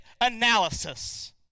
analysis